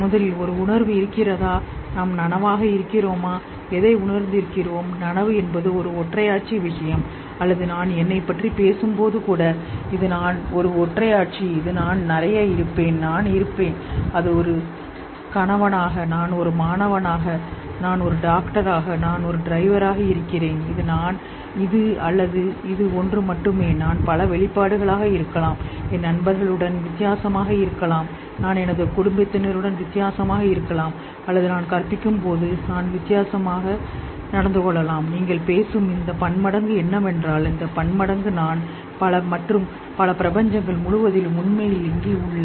முதலில் ஒரு உணர்வு இருக்கிறதா நாம் நனவாக இருக்கிறோமா எதை உணர்ந்திருக்கிறோம் நனவு என்பது ஒரு ஒற்றையாட்சி விஷயம் அல்லது நான் என்னைப் பற்றி பேசும்போது கூட இது நான் ஒரு ஒற்றையாட்சி இது நான் நிறைய இருப்பேன் நான் இருப்பேன் அது ஒரு கணவனாக நான் ஒரு மாணவனாக நான் டாக்டராக நான் ஒரு டிரைவராக இருக்கிறேன் இது நான் இது அல்லது இது ஒன்று மட்டுமே நான் பல வெளிப்பாடுகளாக இருக்கலாம் என் நண்பர்களுடன் வித்தியாசமாக இருங்கள் நான் எனது குடும்பத்தினருடன் வித்தியாசமாக இருக்கலாம் அல்லது நான் கற்பிக்கும் போது நான் வித்தியாசமாக நடந்து கொள்ளலாம் நீங்கள் பேசும் இந்த பன்மடங்கு என்னவென்றால் இந்த பன்மடங்கு நான் பல மற்றும் பல பிரபஞ்சங்கள் முழுவதிலும் உண்மையில் இங்கே உள்ளன